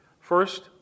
First